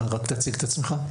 רק תציג את עצמך.